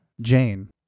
Jane